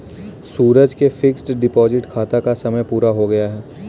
सूरज के fixed deposit खाता का समय पूरा हो गया है